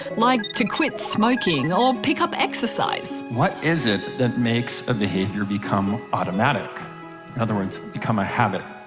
like, to quit smoking or pick up exercise. what is it that makes a behaviour become automatic? in other words, become a habit?